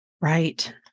right